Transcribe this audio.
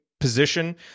position